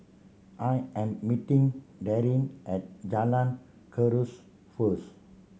I am meeting Darrin at Jalan Kuras first